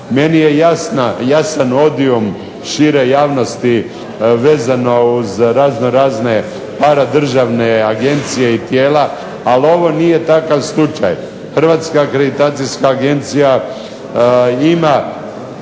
Meni je jasan odium šire javnosti vezano uz razno razne paradržavne agencije i tijela, ali ovo nije takav slučaj. Hrvatska akreditacijska agencija ima